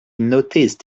noticed